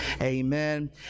amen